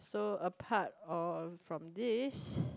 so apart or from this